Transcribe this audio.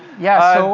yeah,